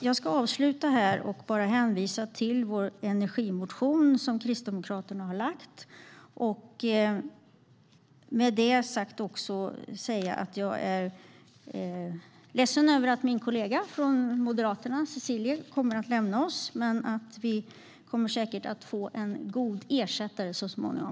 Jag vill avsluta med att hänvisa till den energimotion som Kristdemokraterna har väckt. Jag är ledsen över att min kollega från Moderaterna, Cecilie Tenfjord-Toftby, kommer att lämna vårt utskott, men vi får säkert en god ersättare så småningom.